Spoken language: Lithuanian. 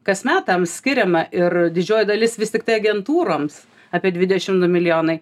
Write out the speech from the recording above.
kasmet tam skiriama ir didžioji dalis vis tiktai agentūroms apie dvidešim du milijonai